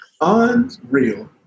Unreal